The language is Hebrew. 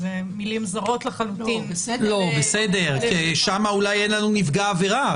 מילים זרות לחלוטין --- בסדר שם אולי אין לנו נפגע העבירה.